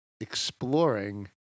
exploring